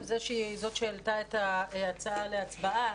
קודם כל היא זאת שהעלתה את ההצעה להצבעה